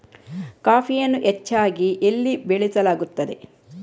ಕಾಫಿಯನ್ನು ಹೆಚ್ಚಾಗಿ ಎಲ್ಲಿ ಬೆಳಸಲಾಗುತ್ತದೆ?